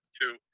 two